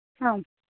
आम्